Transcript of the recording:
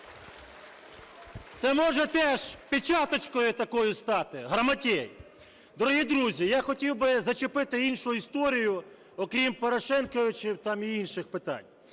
це може теж печаточкою такою стати. Грамотєй! Дорогі друзі, я хотів би зачепити іншу історію, окрім "Порошенковичів" там і інших питань.